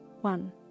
one